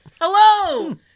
hello